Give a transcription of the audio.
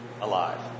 alive